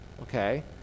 okay